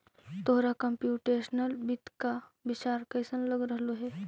तोहरा कंप्युटेशनल वित्त का विचार कइसन लग रहलो हे